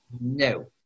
No